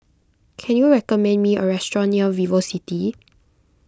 can you recommend me a restaurant near VivoCity